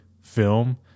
film